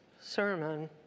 sermon